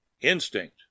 Instinct